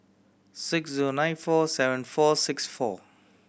six zero nine four seven four six four